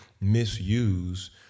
misuse